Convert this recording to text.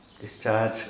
discharge